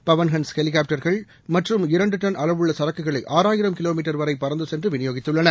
பவன் ஹன்ஸ் ஹெலிகாப்டர்கள் மட்டும் இரண்டுடன் அளவுள்ளசரக்குகளைஆறாயிரம் கிலோமீட்டர் வரைபறந்துசென்றுவிநியோகித்துள்ளன